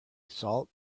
salt